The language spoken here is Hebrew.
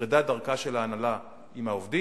נפרדה דרכה של ההנהלה מהעובדים,